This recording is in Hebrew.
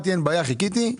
חיכיתי.